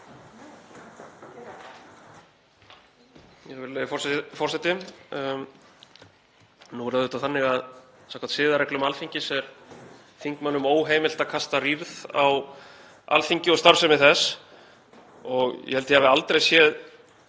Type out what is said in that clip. Virðulegi forseti. Nú er það auðvitað þannig að samkvæmt siðareglum Alþingis er þingmönnum óheimilt að kasta rýrð á Alþingi og starfsemi þess og ég held ég hafi aldrei séð